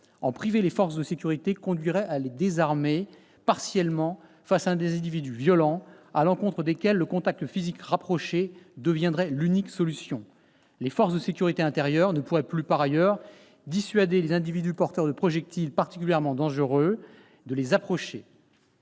En priver les forces de sécurité conduirait à les désarmer partiellement face à des individus violents, face auxquels le contact physique rapproché deviendrait l'unique solution. Par ailleurs, les forces de sécurité intérieure ne pourraient plus dissuader les individus porteurs de projectiles particulièrement dangereux de les approcher.